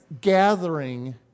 gathering